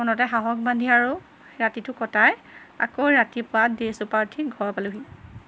মনতে সাহস বান্ধি আৰু ৰাতিটো কটাই আকৌ ৰাতিপুৱা দে চুপাৰত উঠি ঘৰ পালোঁহি